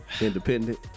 Independent